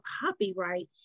copyright